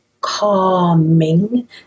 calming